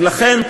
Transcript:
לכן,